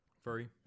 Furry